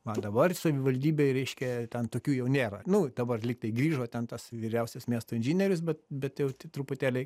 o dabar savivaldybėj reiškia ten tokių jau nėra nu dabar lyg tai grįžo ten tas vyriausias miesto inžinierius bet bet jau truputėlį